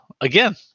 again